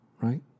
right